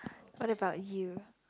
what about you